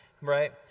right